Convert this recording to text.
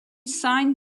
signed